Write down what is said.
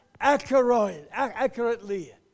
accurately